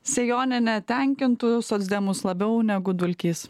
sėjonienė tenkintų socdemus labiau negu dulkys